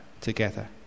together